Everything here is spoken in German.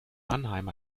mannheim